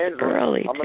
early